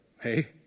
Hey